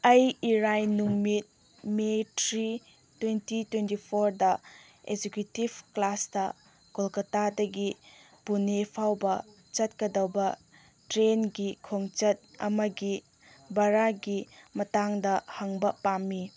ꯑꯩ ꯏꯔꯥꯏ ꯅꯨꯃꯤꯠ ꯃꯦ ꯊ꯭ꯔꯤ ꯇ꯭ꯋꯦꯟꯇꯤ ꯇ꯭ꯋꯦꯟꯇꯤ ꯐꯣꯔꯗ ꯑꯦꯛꯖꯤꯀ꯭ꯋꯨꯇꯤꯞ ꯀ꯭ꯂꯥꯁꯇ ꯀꯣꯜꯀꯇꯥꯗꯒꯤ ꯄꯨꯅꯦ ꯐꯥꯎꯕ ꯆꯠꯀꯗꯕ ꯇ꯭ꯔꯦꯟꯒꯤ ꯈꯣꯡꯆꯠ ꯑꯃꯒꯤ ꯚꯔꯥꯒꯤ ꯃꯇꯥꯡꯗ ꯈꯪꯕ ꯄꯥꯝꯃꯤ